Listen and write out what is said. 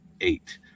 eight